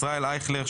ישראל אייכלר,